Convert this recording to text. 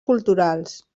culturals